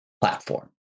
platform